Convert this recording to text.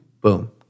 Boom